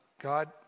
God